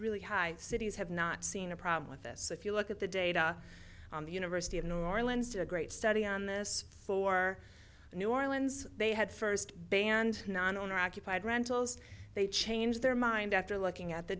really high cities have not seen a problem with this so if you look at the data on the university of new orleans to a great study on this for new orleans they had first band non owner occupied rentals they changed their mind after looking at the